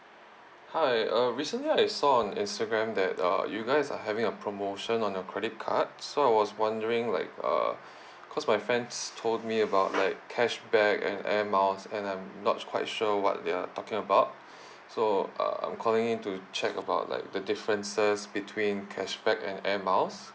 hi uh recently I saw on Instagram that uh you guys are having a promotion on a credit card so I was wondering like uh cause my friends told me about like cashback and air miles and I'm not quite sure what they are talking about so uh I'm calling in to check about like the differences between cashback and air miles